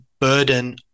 burden